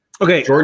okay